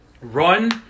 Run